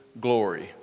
glory